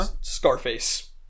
Scarface